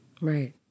Right